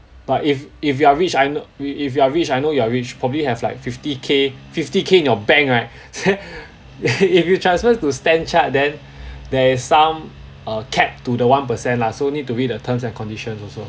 but if if you are rich I know if if you are rich I know you are rich probably have like fifty K fifty K in your bank right if you transfer to StanChart then there is some uh cap to the one percent lah so need to read the terms and conditions also